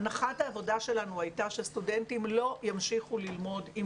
הנחת העבודה שלנו הייתה שסטודנטים לא ימשיכו ללמוד עם